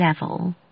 level